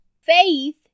Faith